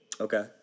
Okay